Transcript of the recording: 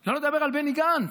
שלא לדבר על בני גנץ,